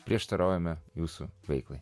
prieštaraujame jūsų vaikui